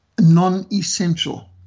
non-essential